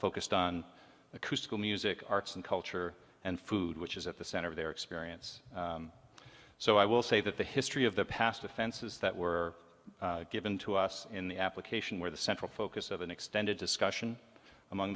focused on acoustical music arts and culture and food which is at the center of their experience so i will say that the history of the past offenses that were given to us in the application where the central focus of an extended discussion among